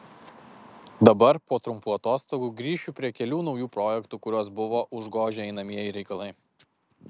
dabar po trumpų atostogų grįšiu prie kelių naujų projektų kuriuos buvo užgožę einamieji reikalai